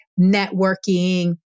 networking